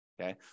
okay